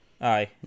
Aye